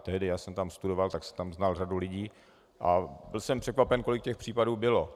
Tehdy jsem tam studoval, tak jsem tam znal řadu lidí, a byl jsem překvapen, kolik těch případů bylo.